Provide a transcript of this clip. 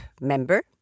member